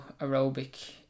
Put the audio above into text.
aerobic